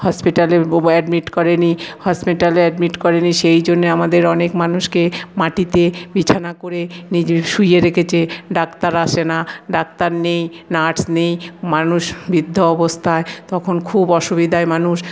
হসপিটালেও admit করেনি হসপিটালে admit করেনি সেই জন্যে আমাদের অনেক মানুষকে মাটিতে বিছানা করে নিজে শুইয়ে রেখেছে ডাক্তার আসে না ডাক্তার নেই নার্স নেই মানুষ বৃদ্ধ অবস্থায় তখন খুব অসুবিধায় মানুষ